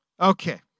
Okay